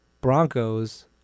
Broncos